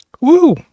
Woo